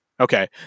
Okay